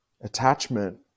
attachment